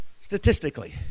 Statistically